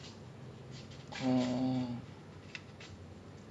ya so like the last of us was the first game I ever played on P_S four